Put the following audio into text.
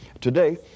today